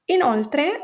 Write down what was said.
Inoltre